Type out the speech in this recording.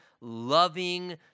loving